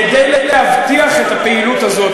כדי להבטיח את הפעילות הזאת,